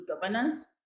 governance